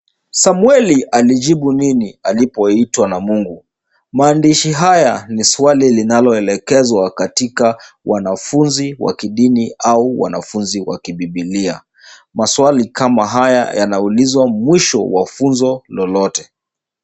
Samweli alijibu nini alipoitwa na mungu? Maandishi haya ni swali linaloelekezwa katika wanafunzi wa kidini au wanafunzi wa kibiblia. Maswali kama haya yanaulizwa mwisho wa funzo lolote.